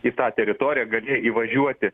į tą teritoriją gali įvažiuoti